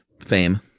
fame